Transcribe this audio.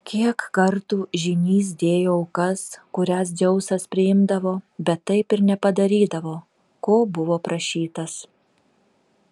kiek kartų žynys dėjo aukas kurias dzeusas priimdavo bet taip ir nepadarydavo ko buvo prašytas